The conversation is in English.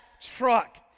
truck